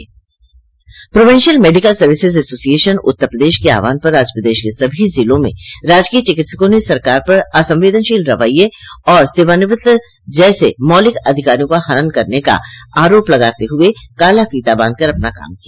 provincial medical services association Uttar Pradesh के आहवान पर आज प्रदेश के सभी जिलों में राजकीय चिकित्सकों ने सरकार पर असंवेदनशील रवैया और सेवानिवृत्ति जैसे मौलिक अधिकारों का हनन करने का आरोप लगाते हुए काला फीता बांध कर अपना काम किया